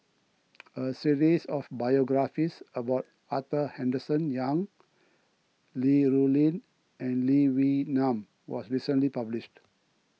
a series of biographies about Arthur Henderson Young Li Rulin and Lee Wee Nam was recently published